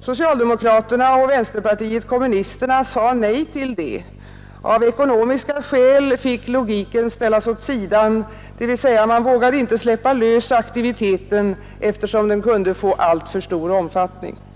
Socialdemokraterna och vänsterpartiet kommunisterna sade nej till detta. Av ekonomiska skäl fick logiken ställas åt sidan, dvs. man vågade inte släppa lös aktiviteten, eftersom den kunde få alltför stor omfattning.